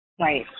Right